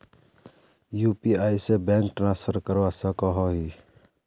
UPI से bank transfer करवा सकोहो ही?